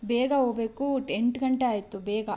ಬೇಗ ಹೋಗ್ಬೇಕು ಎಂಟು ಗಂಟೆ ಆಯಿತು ಬೇಗ